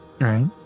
Right